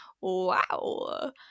Wow